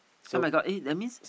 [oh]-my-god eh that means